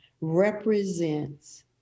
represents